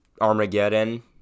Armageddon